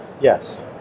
yes